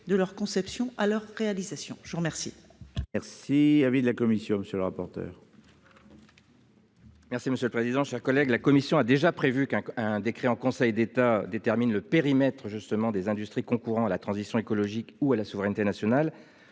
de leur conception à leur réalisation. Je vous remercie.